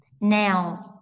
Now